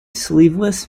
sleeveless